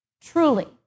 Truly